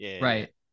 right